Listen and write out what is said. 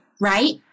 right